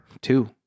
Two